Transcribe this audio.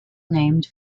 named